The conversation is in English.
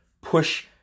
push